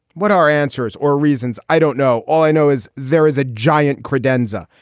what our answers or reasons? i don't know. all i know is there is a giant credenza.